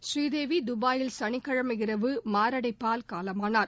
ஸ்ரீதேவி துபாயில் சனிக்கிழமை இரவு மாரடைப்பால் காலமானார்